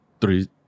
three